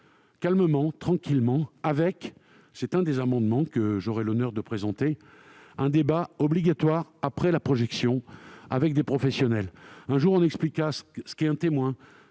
calmement, tranquillement, avec- c'est l'objet d'un des amendements que j'aurai l'honneur de présenter -un débat obligatoire après la projection avec des professionnels, au cours duquel on expliquera ce qu'est un témoin,